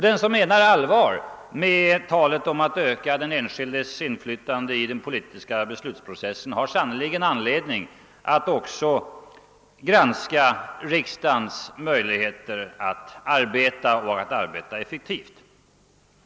Den som menar allvar med talet om att öka den enskildes inflytande i den politiska beslutsprocessen har sannerligen anledning att också granska riksdagens möjligheter att arbeta och att arbeta effektivt.